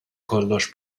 kollox